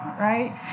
right